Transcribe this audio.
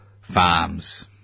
farms